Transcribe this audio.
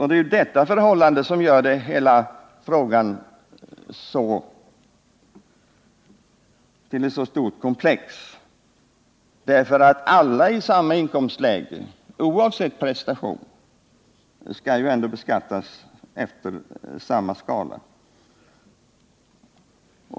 Det är detta förhållande som gör hela frågan till ett så stort komplex, därför att alla i samma inkomstläge oavsett prestation ändå skall beskattas efter samma skala.